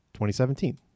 2017